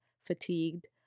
fatigued